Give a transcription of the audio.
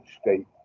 state